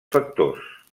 factors